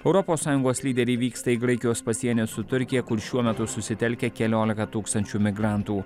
europos sąjungos lyderiai vyksta į graikijos pasienį su turkija kur šiuo metu susitelkę keliolika tūkstančių migrantų